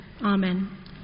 Amen